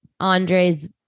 Andre's